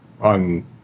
on